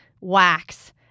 wax